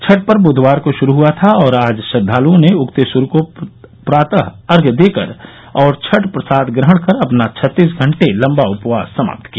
छठ पर्व बुधवार को शुरु हुआ था और आज श्रद्वालुओं ने उगते सूर्य को प्रातः अर्घय देकर और छठ प्रसाद ग्रहण कर अपना छत्तीस घंटे लंबा उपवास समात किया